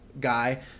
guy